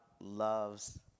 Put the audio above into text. loves